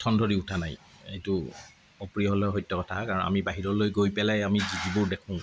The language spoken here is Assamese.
ঠন ধৰি উঠা নাই এইটো অপ্ৰিয় হ'লেও সত্য কথা আমি বাহিৰলে গৈ পেলাই আমি যিবোৰ দেখোঁ